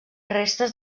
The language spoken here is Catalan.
restes